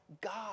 God